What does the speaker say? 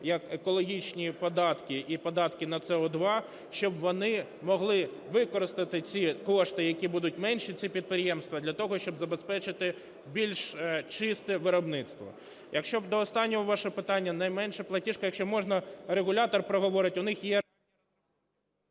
як екологічні податки і податки на СО2, щоб вони могли використати ці кошти, які будуть менші, ці підприємства, для того, щоб забезпечити більш чисте виробництво. Щодо останнього вашого питання – найменша платіжка, якщо можна, регулятор проговорить, у них є...